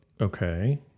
Okay